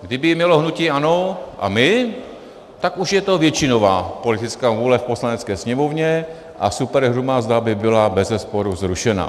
Kdyby ji mělo hnutí ANO a my, tak už je to většinová politická vůle v Poslanecké sněmovně a superhrubá mzda by byla bezesporu zrušena.